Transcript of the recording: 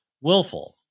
Willful